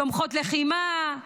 תומכות לחימה,